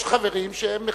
יש חברים שמכינים,